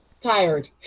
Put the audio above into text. Tired